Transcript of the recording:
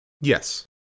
Yes